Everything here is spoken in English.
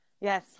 yes